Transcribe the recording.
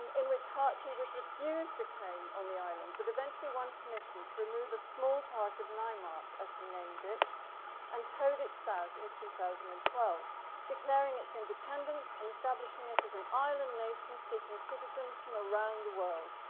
in which hartley was refused to claim on the island, but eventually won permission to remove a small part of naimark as he named it and towed it south in two thousand and twelve declaring its independence and establishing it as an island nation seeking citizens from around the world.